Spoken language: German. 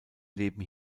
leben